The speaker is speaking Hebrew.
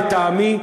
לטעמי,